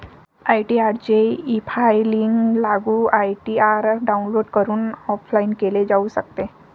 ITR चे efiling लागू ITR download करून ऑफलाइन केले जाऊ शकते